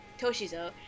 Toshizo